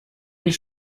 mich